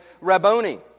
Rabboni